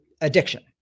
Addiction